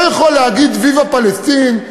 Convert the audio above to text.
לא יכול להגיד "ויווה פלסטין",